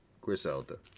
Griselda